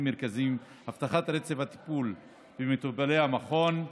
מרכזיים: הבטחת רצף הטיפול במטופלי המכון,